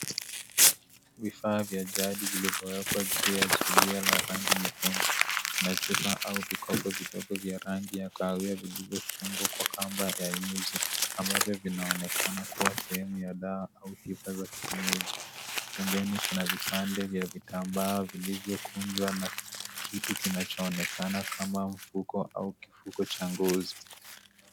Vifaa vya jaji vilivyowekwa juu ya zulia lenye rangi nyekundu. Na chupa au vikombe vidogo vya rangi ya kahawia vilivyofungwa kwa kamba ya nyuzi, ambavyo vinaonekana kuwa sehemu ya dawa au tiba za kienyeji. Pembeni kuna vipande vya vitambaa vilivyokunjwa na kitu kinachoonekana kama mfuko au kifuko cha ngozi.